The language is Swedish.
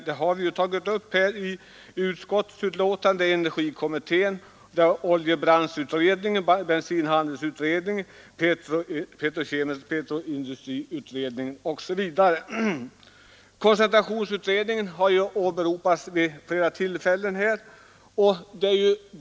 Det gäller energikommittén, koncentrationsutredningens undersökning av oljebranschen, bensinhandelsutredningen och petroindustriutredningen. Koncentrationsutredningen har åberopats vid flera tillfällen här.